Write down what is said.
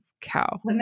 cow